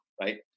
right